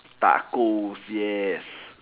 tacos yes